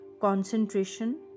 concentration